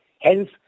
hence